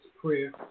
Prayer